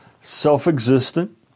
self-existent